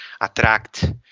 attract